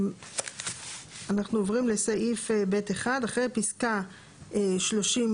אנחנו עוברים לסעיף (ב1) (ב1) אחרי פסקה (32)